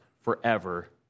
forever